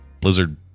Blizzard